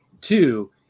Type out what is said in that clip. Two